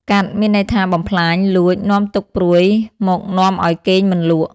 កាត់ មានន័យថា បំផ្លាញ លួច នាំទុក្ខព្រួយមកនាំឲ្យគេងមិនលក់។